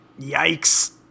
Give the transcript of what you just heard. yikes